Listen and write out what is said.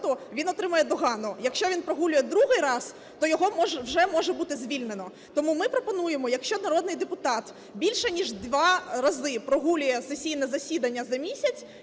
він отримує догану, якщо він прогулює другий раз, то його вже може бути звільнено. Тому ми пропонуємо, якщо народний депутат більш ніж два рази прогулює сесійне засідання за місяць,